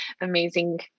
amazing